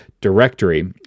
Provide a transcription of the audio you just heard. directory